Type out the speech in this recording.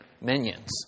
minions